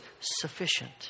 sufficient